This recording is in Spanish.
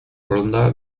ronda